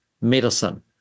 medicine